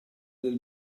del